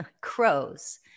crows